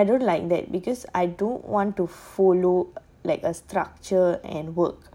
and I don't like that because I don't want to follow like a structure and work